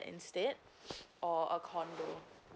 instead or a condo